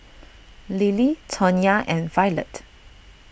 Lilie Tawnya and Violet